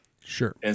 Sure